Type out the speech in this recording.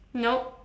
nope